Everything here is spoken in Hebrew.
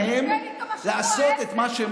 שנותן להם לעשות את מה, השבוע עשר.